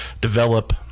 develop